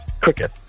cricket